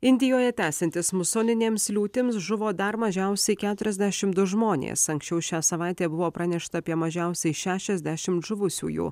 indijoje tęsiantis musoninėms liūtims žuvo dar mažiausiai keturiasdešim du žmonės anksčiau šią savaitę buvo pranešta apie mažiausiai šešiasdešim žuvusiųjų